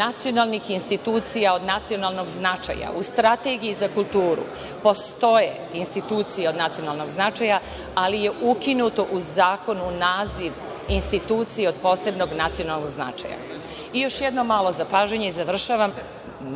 nacionalnih institucija od nacionalnog značaja. U Strategiji za kulturu postoje institucije od nacionalnog značaja, ali je ukinuto u zakonu naziv institucija od posebnog nacionalnog značaja.I još jedno malo zapažanje, ali završavam.